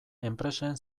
enpresen